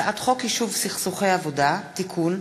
הצעת חוק העונשין (תיקון,